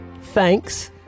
Thanks